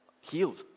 healed